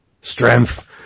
Strength